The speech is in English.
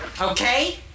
Okay